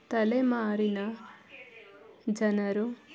ತಲೆಮಾರಿನ ಜನರು